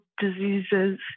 diseases